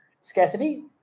scarcity